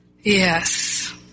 yes